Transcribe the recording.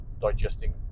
digesting